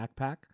backpack